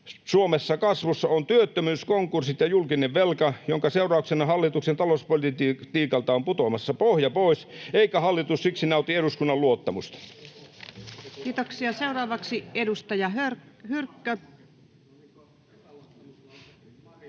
Suomessa kasvussa on työttömyys, konkurssit ja julkinen velka, jonka seurauksena hallituksen talouspolitiikalta on putoamassa pohja pois, eikä hallitus siksi nauti eduskunnan luottamusta.” [Speech 11] Speaker: Ensimmäinen